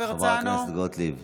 חברת הכנסת גוטליב,